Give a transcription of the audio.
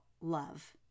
love